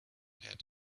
had